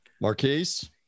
Marquise